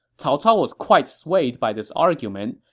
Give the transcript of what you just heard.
cao cao was quite swayed by this argument,